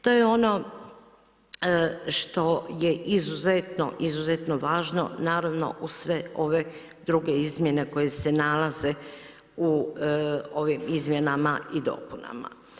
To je ono što je izuzetno, izuzetno važno naravno uz sve ove druge izmjene koje se nalaze u ovim izmjenama i dopunama.